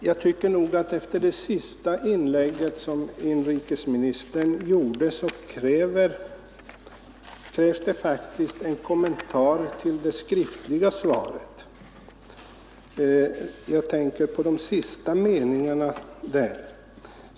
Jag tycker faktiskt att det efter inrikesministerns senaste inlägg krävs en kommentar till de sista meningarna i inrikesministerns svar.